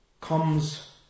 comes